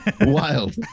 wild